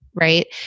Right